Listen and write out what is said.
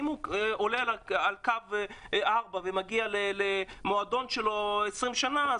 אם הוא עולה על קו 4 ומגיע למועדון שלו מזה 20 שנה,